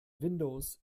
windows